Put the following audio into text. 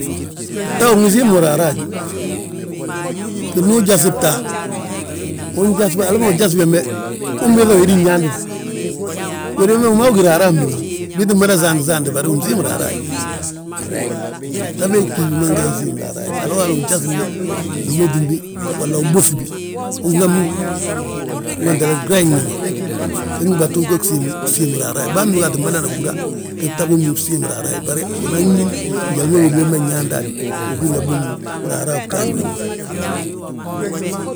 ta win gisiim mo raraayi di, te ndu ujasi bta, ujasbi hala ma ujas bembe, unbiiŧa wédi nyaantite wédi wembe wi maa gí raraa bi ma. Bii ttin mada saant saante bari bsiimi raraaye; Bta bee ggí bima nge siim raraaye, haloo hali ujasinbi, umétinbi walla, uɓóŧi bi, unhami grayi bi ma, gdúbatu fo gsiimi raraayi ma. Bân bóga aa tti madana húra go bta bommu bsiimi raraaye, bari unan ñín, njali ma wédi wembe nyaanta a bi uhúri yaa bommu raraayi bgaadi bommu.